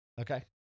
Okay